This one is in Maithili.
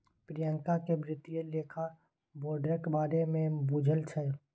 प्रियंका केँ बित्तीय लेखा बोर्डक बारे मे बुझल छै